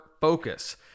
focus